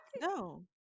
no